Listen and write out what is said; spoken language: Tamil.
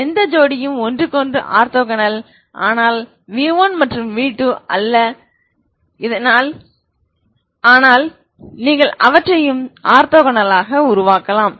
எந்த ஜோடியும் ஒன்றுக்கொன்று ஆர்த்தோகனல் ஆனால் v1 மற்றும் v2 மட்டும் இல்லை ஆனால் நீங்கள் அவற்றையும் ஆர்த்தோகனலாக உருவாக்கலாம்